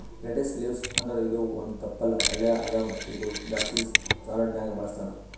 lettuce leaves ಅಂದುರ್ ಇದು ಒಂದ್ ತಪ್ಪಲ್ ಪಲ್ಯಾ ಅದಾ ಮತ್ತ ಇದು ಜಾಸ್ತಿ ಸಲಾಡ್ನ್ಯಾಗ ಬಳಸ್ತಾರ್